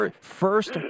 first